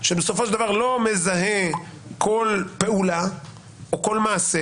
שבסופו של דבר לא מזהה כל פעולה או כל מעשה.